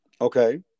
Okay